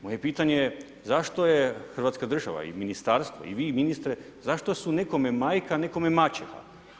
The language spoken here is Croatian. Moje pitanje je zašto je hrvatska država i ministarstvo i vi ministre, zašto su nekome majka, a nekom maćeha?